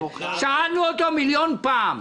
שאלנו אותו מיליון פעם,